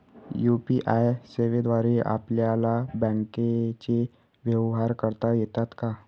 UPI सेवेद्वारे आपल्याला बँकचे व्यवहार करता येतात का?